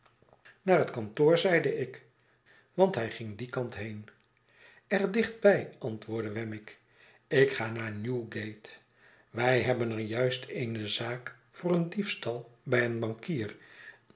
naar het kantoor zeide ik want hij ging dien kant heen er dicht bij antwoordde wemmick ik ga naar newgate wij hebben er juist eene zaak voor een diefstal bij een bankier